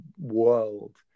world